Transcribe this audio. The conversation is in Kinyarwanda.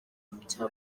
bya